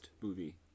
movie